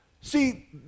See